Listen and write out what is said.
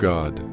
God